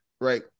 Right